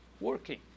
working